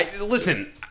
Listen